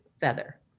feather